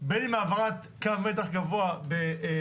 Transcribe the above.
בין אם העברת קו מתח גבוה בגזר,